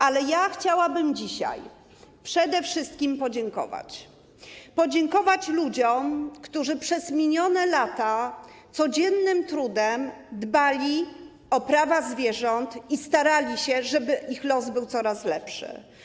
Ale ja chciałabym dzisiaj przede wszystkim podziękować ludziom, którzy przez minione lata w codziennym trudzie dbali o prawa zwierząt i starali się, żeby ich los był coraz lepszy.